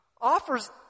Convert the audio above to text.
offers